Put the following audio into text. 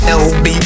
lb